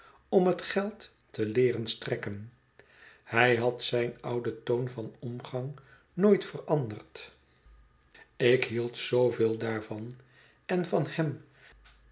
om het geld te leeren strekken hij had zijn ouden toon van omgang nooit veranderd ik hield zooveel daarvan en van hem